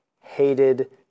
hated